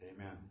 Amen